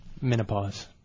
Menopause